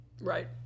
Right